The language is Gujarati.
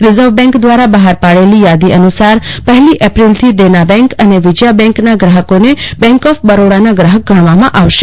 રીઝર્વ બેંક ધ્વારા બહાર પડેલી યાદી અનુસાર પહેલી એપ્રિલથી દેના બેંક અને વિજયા બેંકના શ્રાહકોને બેંક ઓફ બરોડાના શ્રાહક ગણવામાં આવશે